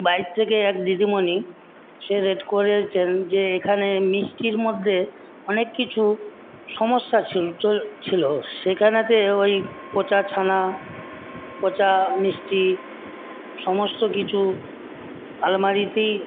bike থেকে এক দিদিমণি সে রেড করেছেন যে এখানে মিষ্টির মধ্যে অনেক কিছু সমস্যা ছিল সেখানেতে ওই পচা ছানা পচা মিষ্টি সমস্ত কিছু আলমারিতেই